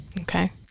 okay